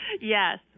Yes